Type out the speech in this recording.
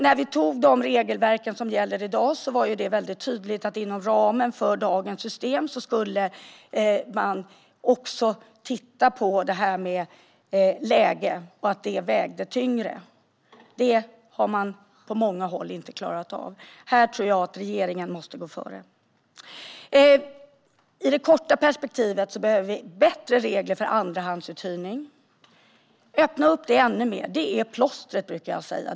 När vi antog de regelverk som gäller i dag var det väldigt tydligt att man inom ramen för dagens system också skulle titta på det här med läget och att det skulle väga tyngre. Det har man på många håll inte klarat av. Här tror jag att regeringen måste gå före. I det korta perspektivet behöver vi bättre regler för andrahandsuthyrning. Det här behöver öppnas ännu mer. Det är plåstret, brukar jag säga.